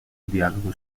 dialogo